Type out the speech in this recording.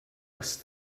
last